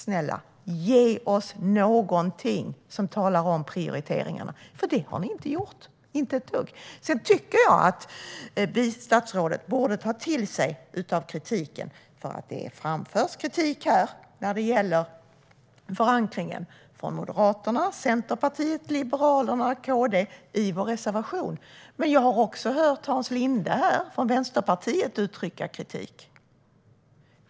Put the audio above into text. Snälla, ge oss någonting som talar om prioriteringarna! Det har ni inte gjort, inte ett dugg! Jag tycker att statsrådet borde ta till sig av kritiken. Det framförs kritik här när det gäller förankringen från Moderaterna, Centerpartiet, Liberalerna och KD i vår reservation. Jag har också hört Hans Linde från Vänsterpartiet här uttrycka kritik.